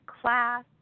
class